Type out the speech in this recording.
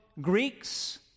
Greeks